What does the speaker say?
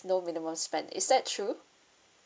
no minimum spend is that true